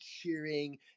cheering